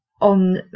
on